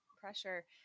pressure